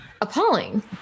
appalling